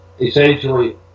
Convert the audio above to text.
essentially